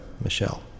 Michelle